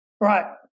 Right